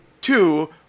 two